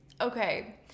Okay